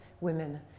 women